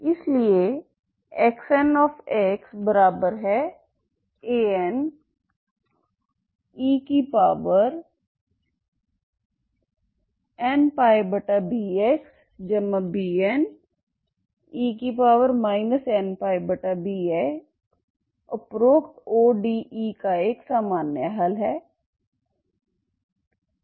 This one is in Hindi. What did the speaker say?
इसलिए XnxAnenπbxBne nπbx उपरोक्त ODE का एक सामान्य हल है